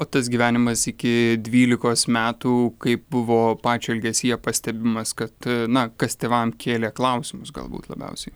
o tas gyvenimas iki dvylikos metų kaip buvo pačio elgesyje pastebimas kad na kas tėvam kėlė klausimus galbūt labiausiai